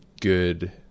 good